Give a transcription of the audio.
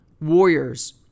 Warriors